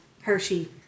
Hershey